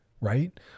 right